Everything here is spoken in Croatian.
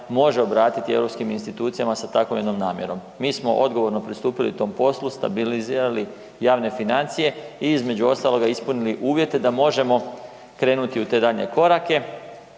može obratiti europskim institucijama sa tako jednom namjerom. Mi smo odgovorno pristupili tom poslu, stabilizirali javne financije i između ostaloga ispunili uvjete da možemo krenuti u te daljnje korake.